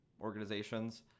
organizations